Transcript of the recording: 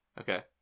Okay